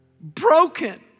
Broken